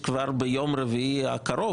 שכבר ביום רביעי הקרוב,